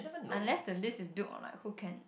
unless the list is build on like who can